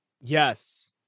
Yes